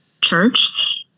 church